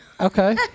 Okay